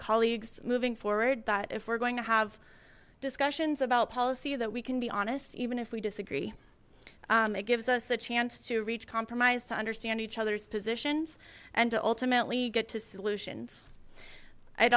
colleagues moving forward that if we're going to have discussions about policy that we can be honest even if we disagree it gives us a chance to reach compromise to understand each other's positions and to ultimately get to solutions i'd